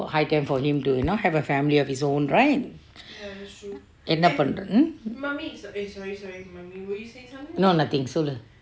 high time for him to not have a family of his own right என்னபன்ரேதே:ennapanrete um no nothing சொல்லே:colle